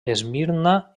esmirna